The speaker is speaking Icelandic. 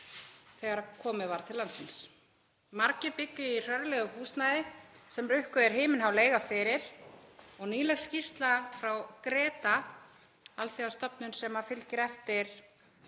þegar komið var til landsins. Margir byggju í hræðilegu húsnæði sem rukkuð er himinhá leiga fyrir. Nýleg skýrsla frá GRETA, alþjóðastofnun sem fylgir eftir